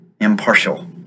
impartial